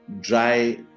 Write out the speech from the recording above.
dry